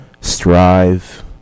Strive